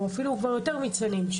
אפילו כבר יותר מניצנים,